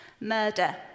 murder